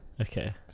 Okay